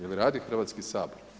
Jeli radi Hrvatski sabor?